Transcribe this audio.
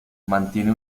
mantiene